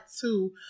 two